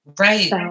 Right